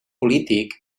polític